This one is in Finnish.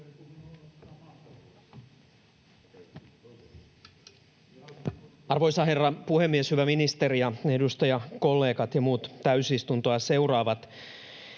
Arvoisa herra puhemies, hyvä ministeri ja edustajakollegat ja muut täysistuntoa seuraavat!